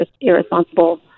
irresponsible